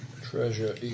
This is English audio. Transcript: Treasure